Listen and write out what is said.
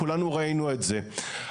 כולנו ראינו את זה.